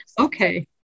Okay